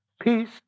Peace